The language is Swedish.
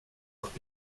att